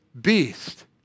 beast